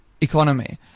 economy